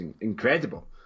incredible